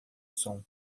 som